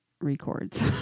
records